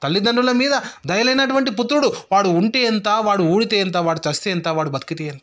తల్లిదండ్రుల మీద దయలేనటువంటి పుత్రుడు వాడు ఉంటే ఎంత వాడు ఊడితే ఎంత వాడు చస్తే ఎంత వాడు బతికితే ఎంత